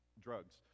drugs